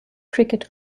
cricket